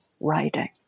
writing